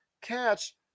catch